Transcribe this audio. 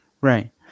Right